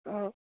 অঁ